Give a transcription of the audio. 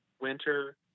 winter